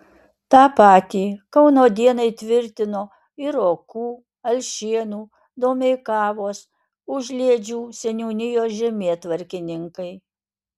tą patį kauno dienai tvirtino ir rokų alšėnų domeikavos užliedžių seniūnijos žemėtvarkininkai